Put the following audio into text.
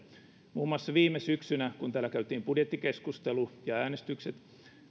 muun muassa viime syksynä kun täällä käytiin budjettikeskustelu ja äänestykset